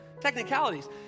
Technicalities